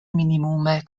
minimume